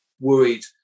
worried